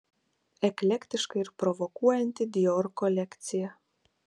eklektiška ir provokuojanti dior kolekcija